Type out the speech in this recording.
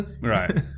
Right